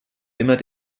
immer